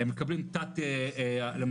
הם מקבלים תת תקצוב,